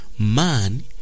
Man